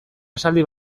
esaldi